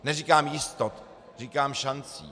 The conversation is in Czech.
Neříkám jistot, říkám šancí.